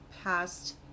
past